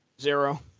Zero